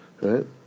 right